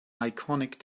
iconic